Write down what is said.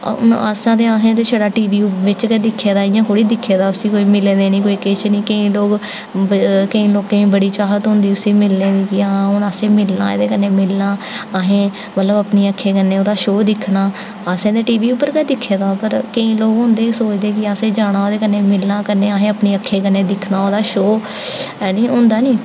असें असें ते छड़ा ते टी वी बिच गै दिक्खे दा इ'यां थोह्ड़े दिक्खे दा उसी कोई मिले दा निं कोई किश निं केईं लोग केईं लोकें गी बड़ी चाह्त होंदी उसी मिलने दी कि आं हून असें मिलना एह्दे कन्नै मिलना असें मतलब अपनी अक्खीं कन्नै ओह्दा शो दिक्खना असें ते टी वी पर गै दिक्खे दा पर केईं लोग होंदे कि सोचदे कि जाना ओह्दे कन्नै मिलना कन्नै असें अपनी अक्खीं कन्नै दिक्खना ओह्दा शो ऐनी होंदा निं